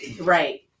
right